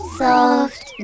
soft